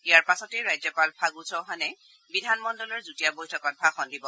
ইয়াৰ পাছতে ৰাজ্যপাল ফাণ্ড চৌহানে বিধানমণ্ডলৰ যুটীয়া বৈঠকত ভাষণ দিব